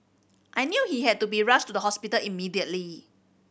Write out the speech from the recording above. I knew he had to be rushed to the hospital immediately